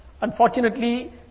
Unfortunately